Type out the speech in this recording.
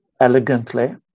elegantly